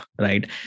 right